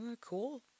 Cool